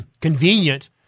convenient